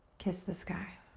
kiss the sky.